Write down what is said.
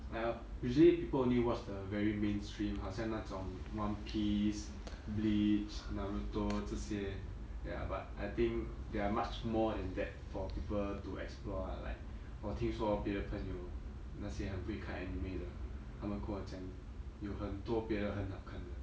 like usually people only watch the very mainstream 好像那种 one piece bleach naruto 这些 ya but I think there are much more than that for people to explore ah like 我听说别的朋友那些很会看 anime 的他们跟我讲有很多别的很好看的